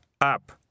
up